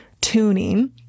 tuning